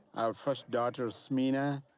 our first daughter smina,